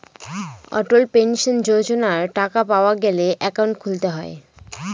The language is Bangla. অটল পেনশন যোজনার টাকা পাওয়া গেলে একাউন্ট খুলতে হয়